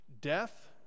death